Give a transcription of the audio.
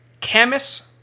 Camus